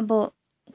अब